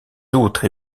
autres